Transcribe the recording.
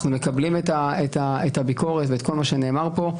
אנחנו מקבלים את הביקורת ואת כל מה שנאמר פה,